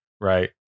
right